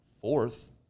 fourth